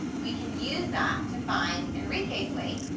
we can use that to find enrique's weight,